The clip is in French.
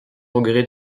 regret